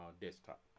desktop